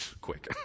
quick